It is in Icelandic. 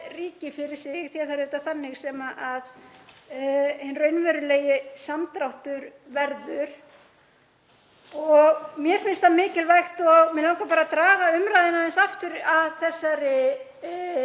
ríki fyrir sig, því að það er auðvitað þannig sem hinn raunverulegi samdráttur verður. Mér finnst það mikilvægt — og mig langaði bara að draga umræðuna aðeins aftur að